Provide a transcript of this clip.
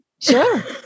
Sure